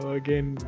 again